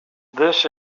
this